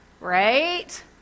right